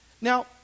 Now